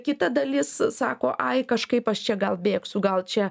kita dalis sako ai kažkaip aš čia gal bėgsiu gal čia